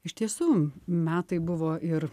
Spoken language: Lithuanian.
iš tiesų metai buvo ir